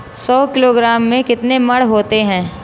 सौ किलोग्राम में कितने मण होते हैं?